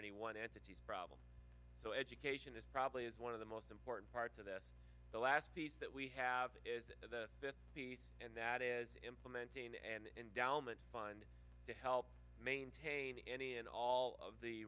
any one entities problem so education is probably is one of the most important parts of this the last piece that we have is the piece and that is implementing and dolman fund to help maintain any and all of the